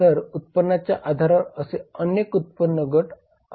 तर उत्पन्नाच्या आधारावर असे अनेक उत्पन्न गट असू शकतात